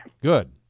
Good